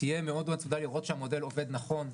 תהיה מאוד צמודה לראות שהמודל עובד נכון,